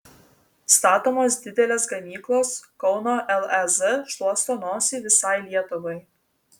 statomos didelės gamyklos kauno lez šluosto nosį visai lietuvai